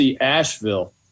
Asheville